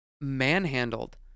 manhandled